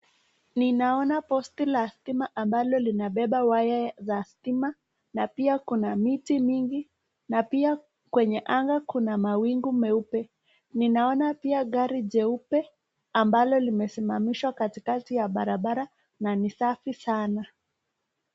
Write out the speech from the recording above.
Ninaona posti la stima ambalo linabeba waya za stima na pia kuna miti mingi na pia kwenye anga kuna mawingu meupe. Ninaona pia gari jeupe ambalo limesimamishwa katikati ya barabara na ni safi sana.